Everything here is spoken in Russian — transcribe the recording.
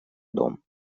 дом